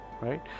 right